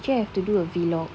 actually I have to do a vlog